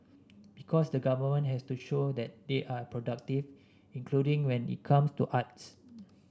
because the government has to show that they are productive including when it comes to arts